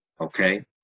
okay